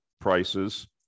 prices